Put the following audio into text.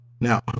Now